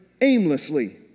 aimlessly